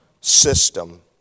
system